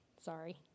Sorry